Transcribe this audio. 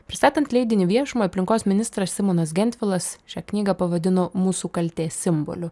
pristatant leidinį viešumai aplinkos ministras simonas gentvilas šią knygą pavadino mūsų kaltės simboliu